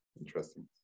interesting